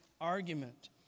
argument